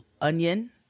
onion